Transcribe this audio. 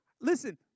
Listen